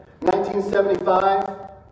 1975